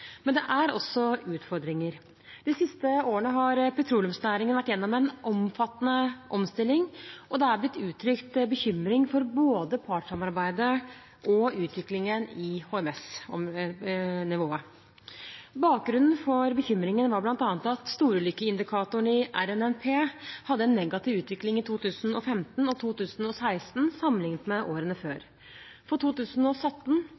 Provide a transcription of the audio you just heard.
men det er også utfordringer. De siste årene har petroleumsnæringen vært gjennom en omfattende omstilling, og det er blitt uttrykt bekymring for både partssamarbeidet og utviklingen i HMS-nivået. Bakgrunnen for bekymringen var bl.a. at storulykkeindikatoren i RNNP hadde en negativ utvikling i 2015 og 2016 sammenlignet med årene før. For 2017